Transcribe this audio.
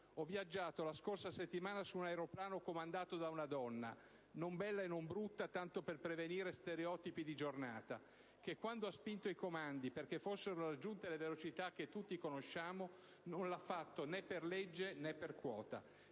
Ho viaggiato la scorsa settimana su un aeroplano comandato da una donna, non bella e non brutta (tanto per prevenire stereotipi di giornata), che - quando ha spinto i comandi perché fossero raggiunte le velocità che tutti conosciamo - non l'ha fatto per legge o per quota.